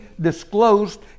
disclosed